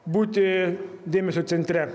būti dėmesio centre